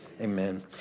amen